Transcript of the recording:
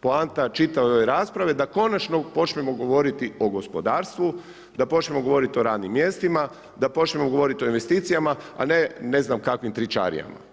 poanta čitave ove rasprave, da konačno počnemo govoriti o gospodarstvu, da počnemo govoriti o radnim mjestima, da počnemo govoriti o investicijama, a ne znam, kakvim tričarijama.